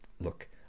Look